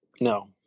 No